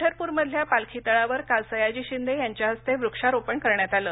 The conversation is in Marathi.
पंढरप्रमधल्या पालखी तळावर काल सयाजी शिंदे यांच्या हस्ते वृक्षारोपण करण्यात आलं